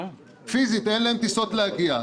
פיזית אין להם טיסות להגיע.